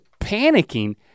panicking